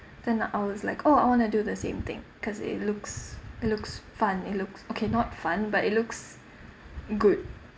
then I was like oh I want to do the same thing because it looks it looks fun it looks okay not fun but it looks good